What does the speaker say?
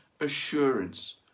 assurance